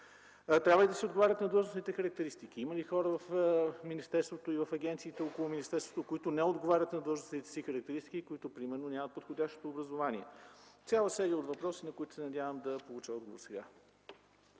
Трябва ли да отговарят на длъжностните характеристики? Има ли хора в министерството и в агенциите около министерството, които не отговарят на длъжностните си характеристики и които примерно нямат подходящото образование? Цяла серия от въпроси, на които се надявам да получа отговор сега.